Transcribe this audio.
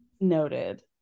noted